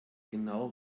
genau